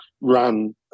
ran